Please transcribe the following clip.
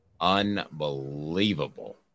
Unbelievable